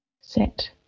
set